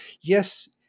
Yes